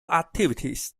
activities